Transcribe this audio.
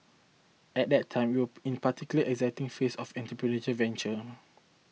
at that time we were in a particularly exciting phase of entrepreneurial venture